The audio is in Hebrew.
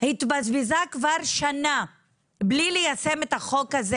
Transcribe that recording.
התבזבזה כבר שנה בלי ליישם את החוק הזה